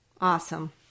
Awesome